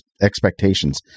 expectations